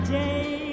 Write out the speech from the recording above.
day